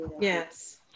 yes